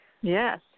Yes